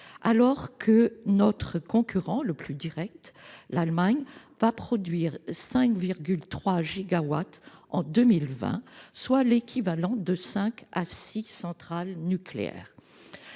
alors que notre concurrent le plus direct, l'Allemagne, va produire 5,3 gigawatts en 2020, soit l'équivalent de cinq à six centrales nucléaires.